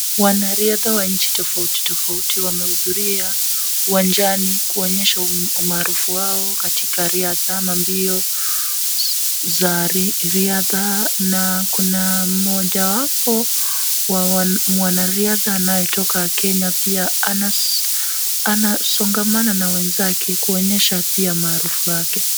Wanariadha wa nchi tofauti tofauti wamehudhuria uwanjani kuonyesha umaarufu wao katika riadha na mbio za riadha na kuna mojawapo wa mwanariadha anayetoka Kenya pia anasongamana na wenzake kuonyesha pia maarufu wake.